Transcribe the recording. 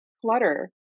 flutter